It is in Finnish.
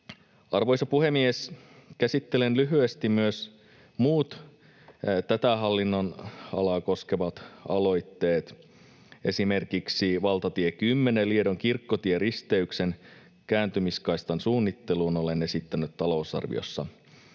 Arvoisa puhemies! Käsittelen lyhyesti myös muut tätä hallinnonalaa koskevat aloitteet. Esimerkiksi valtatie 10:n Liedon Kirkkotien risteyksen kääntymiskaistan suunnitteluun olen esittänyt talousarviossa